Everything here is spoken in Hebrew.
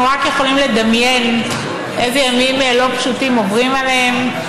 אנחנו רק יכולים לדמיין אילו ימים לא פשוטים עוברים עליהם.